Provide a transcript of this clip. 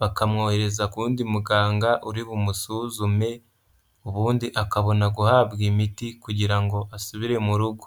bakamwohereza ku wundi muganga uri bumusuzume, ubundi akabona guhabwa imiti kugira ngo asubire mu rugo.